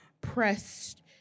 pressed